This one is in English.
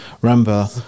Remember